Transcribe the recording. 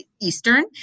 Eastern